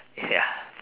ya